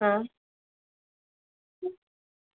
હમ્મ